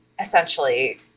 essentially